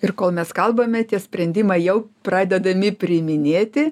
ir kol mes kalbame tie sprendimai jau pradedami priiminėti